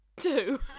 Two